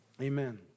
Amen